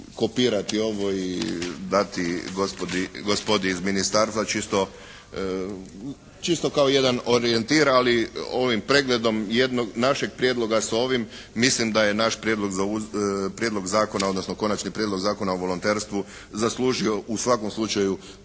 kopirati ovo i dati gospođi, gospodi iz Ministarstva čisto, čisto kao jedan orijentir ali ovim pregledom jednog našeg prijedloga s ovim mislim da je naš prijedlog za, Prijedlog zakona odnosno Konačni prijedlog Zakona o volonterstvu zaslužio u svakom slučaju